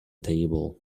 table